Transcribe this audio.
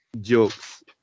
Jokes